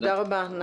תודה רבה.